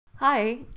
Hi